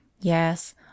Yes